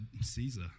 Caesar